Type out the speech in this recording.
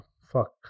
fuck